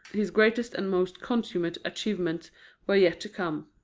his greatest and most consummate achievements were yet to come.